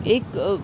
एक